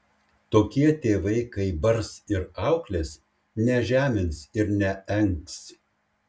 tokie tėvai kai bars ir auklės nežemins ir neengs